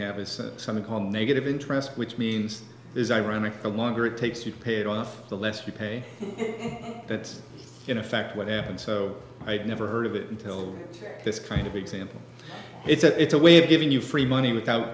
have is something called negative interest which means is ironic the longer it takes you to pay it off the less you pay that's in effect what happened so i had never heard of it until this kind of example it's a way of giving you free money without